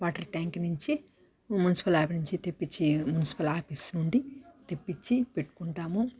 water tank నుంచి municipal lab నుంచి తెప్పించి మున్సిపల్ ఆఫీస్ నుండి తెప్పించి పెట్టుకుంటాము